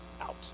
out